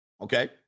okay